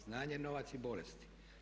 Znanje, novac i bolesti.